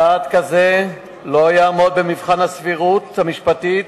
צעד כזה לא יעמוד במבחן הסבירות המשפטית,